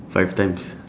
five times